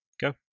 Go